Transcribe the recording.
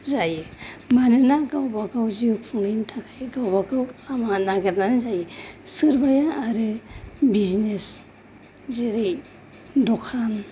जायो मानोना गावबागाव जिउ खुंनायनि थाखाय गावबागाव लामा नागिरनानै जायो सोरबाया आरो बिजनेस जेरै दखान